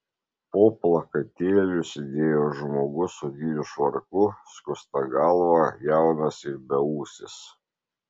po plakatėliu sėdėjo žmogus odiniu švarku skusta galva jaunas ir beūsis